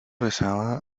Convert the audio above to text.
rezaba